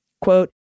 Quote